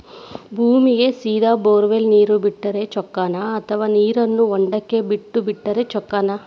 ಭೂಮಿಗೆ ಸೇದಾ ಬೊರ್ವೆಲ್ ನೇರು ಬಿಟ್ಟರೆ ಚೊಕ್ಕನ ಅಥವಾ ನೇರನ್ನು ಹೊಂಡಕ್ಕೆ ಬಿಟ್ಟು ಬಿಟ್ಟರೆ ಚೊಕ್ಕನ?